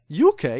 UK